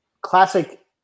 classic